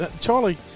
Charlie